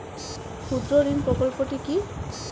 ক্ষুদ্রঋণ প্রকল্পটি কি?